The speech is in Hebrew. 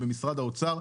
במשרד האוצר.